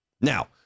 Now